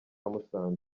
musanze